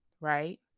right